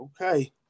Okay